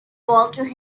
walter